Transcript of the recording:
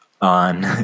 on